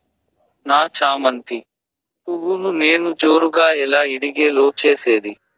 నా చామంతి పువ్వును నేను జోరుగా ఎలా ఇడిగే లో చేసేది?